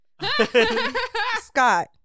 Scott